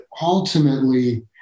ultimately